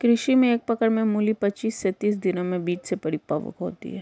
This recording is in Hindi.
कृषि में एक पकड़ में मूली पचीस से तीस दिनों में बीज से परिपक्व होती है